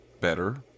better